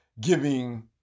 giving